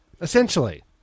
essentially